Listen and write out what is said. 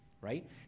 right